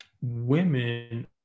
women